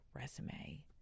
resume